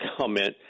comment